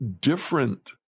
different